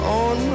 on